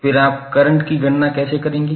फिर आप करंट की गणना कैसे करेंगे